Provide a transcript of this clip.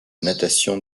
natation